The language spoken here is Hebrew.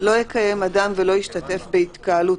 לא יקיים אדם ולא ישתתף בהתקהלות,